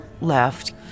left